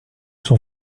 sont